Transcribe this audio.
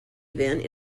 event